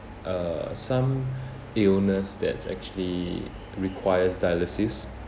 uh some illness that's actually requires dialysis